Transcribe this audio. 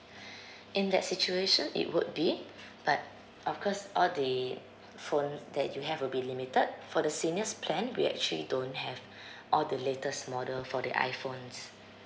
in that situation it would be but of course all the phone that you have will be limited for the seniors plan we actually don't have all the latest model for the iphones